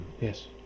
Yes